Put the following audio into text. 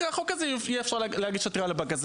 גם אחרי החוק הזה יהיה אפשר להגיש עתירה לבג"ץ,